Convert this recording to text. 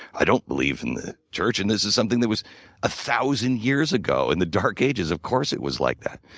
i don't believe in the church and this was something that was a thousand years ago in the dark ages of course it was like that.